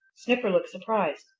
snipper looked surprised.